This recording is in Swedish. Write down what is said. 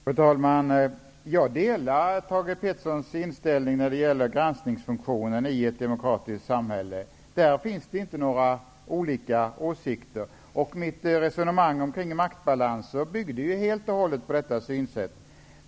Fru talman! Jag delar Thage G Petersons inställning när det gäller granskningsfunktionen i ett demokratiskt samhälle. Där har vi inte skilda åsikter. Mitt resonemang om maktbalans byggde helt och hållet på detta synsätt.